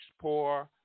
poor